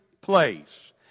place